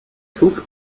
zug